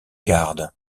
garde